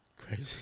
crazy